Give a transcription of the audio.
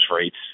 rates